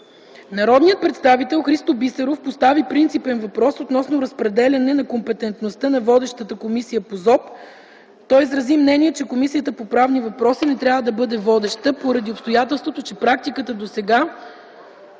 Народният представител Христо Бисеров постави принципен въпрос относно разпределяне на компетентността на водещата комисия по Закона за обществените поръчки. Той изрази мнение, че Комисията по правни въпроси не трябва да бъде водеща поради обстоятелството, че практиката до сега